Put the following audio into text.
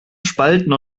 spalten